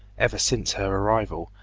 ever since her arrival,